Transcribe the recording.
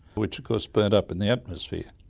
which of course burnt up in the atmosphere.